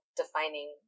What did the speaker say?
defining